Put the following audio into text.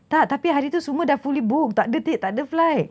tak tapi hari tu semua dah fully booked tak ada tak ada flight